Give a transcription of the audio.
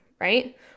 right